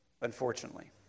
unfortunately